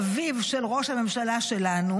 אביו של ראש הממשלה שלנו,